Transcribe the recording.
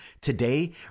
Today